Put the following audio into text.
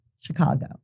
Chicago